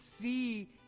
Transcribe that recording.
see